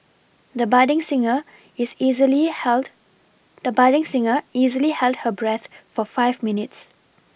the budding singer is easily held the budding singer easily held her breath for five minutes